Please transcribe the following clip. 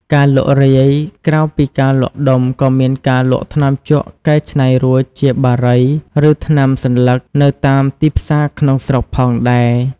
ការលក់រាយ ក្រៅពីការលក់ដុំ ក៏មានការលក់ថ្នាំជក់កែច្នៃរួចជាបារីឬថ្នាំសន្លឹកនៅតាមទីផ្សារក្នុងស្រុកផងដែរ។